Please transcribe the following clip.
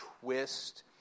twist